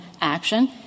action